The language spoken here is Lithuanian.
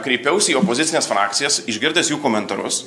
kreipiausi į opozicines frakcijas išgirdęs jų komentarus